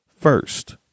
first